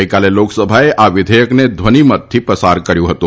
ગઈકાલે લોકસભાએ આ વિધેયકને ધ્વનીમતથી પસાર કર્યું હતું